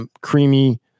creamy